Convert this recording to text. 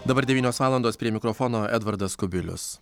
dabar devynios valandos prie mikrofono edvardas kubilius